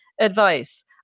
advice